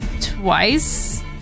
twice